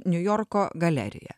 niujorko galerija